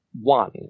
One